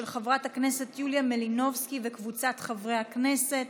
של חברת הכנסת יוליה מלינובסקי קונין וקבוצת חברי הכנסת,